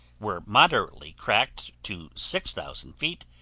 were moderately cracked to six thousand feet,